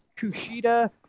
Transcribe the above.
Kushida